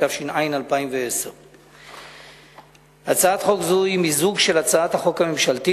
התש"ע 2010. הצעת חוק זו היא מיזוג של הצעת חוק ממשלתית